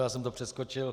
Já jsem to přeskočil.